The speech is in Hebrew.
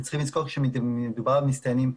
אתם צריכים לזכור שמדובר על מסתננים,